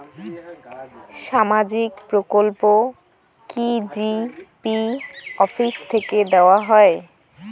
সামাজিক প্রকল্প কি জি.পি অফিস থেকে দেওয়া হয়?